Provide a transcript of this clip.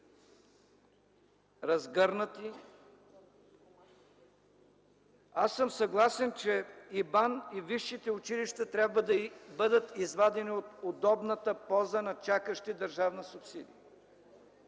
разгърнати. Аз съм съгласен, че и БАН, и висшите училища трябва да бъдат извадени от удобната поза на чакащи държавна субсидия.